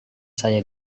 saya